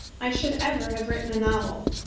i should ever have written a novel.